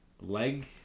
leg